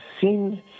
seen